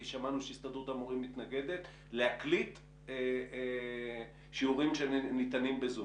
כי שמענו שהסתדרות המורים מתנגדת להקליט שיעורים שניתנים בזום.